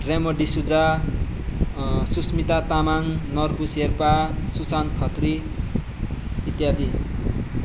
रेमो डिसुजा सुस्मिता तामाङ नर्बु शेर्पा सुसान्त खत्री इत्यादि